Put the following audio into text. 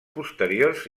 posteriors